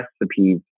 recipes